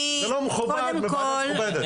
זה לא מכובד בוועדה מכובדת.